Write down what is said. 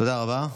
תודה רבה.